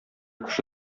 кеше